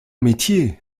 métier